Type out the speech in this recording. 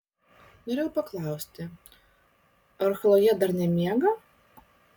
norėjau paklausti ar chlojė dar nemiega